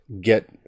get